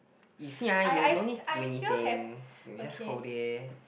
you see ah you don't need to do anything you just whole day